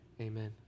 amen